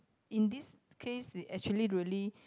in this case it actually really